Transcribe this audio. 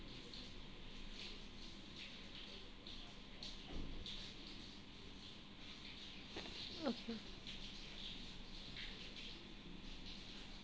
okay